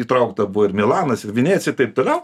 įtraukta buvo ir milanas ir vinecija ir taip toliau